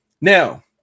now